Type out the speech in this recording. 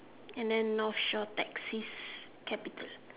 and then northshore taxi capital